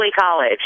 college